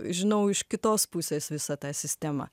žinau iš kitos pusės visą tą sistemą